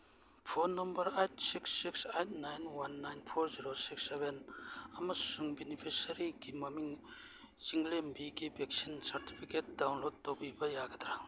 phone number eight six six eight nine one nine four zero six seven ꯑꯃꯁꯨꯡ ꯕꯤꯅꯤꯐꯤꯁꯔꯤꯒꯤ ꯃꯃꯤꯡ ꯆꯤꯡꯂꯦꯝꯕꯤꯒꯤ vaccine certificate download ꯇꯧꯕꯤꯕ ꯌꯥꯒꯗ꯭ꯔ